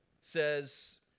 says